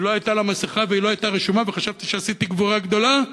כי לא הייתה לה מסכה והיא לא הייתה רשומה וחשבתי שעשיתי גבורה גדולה.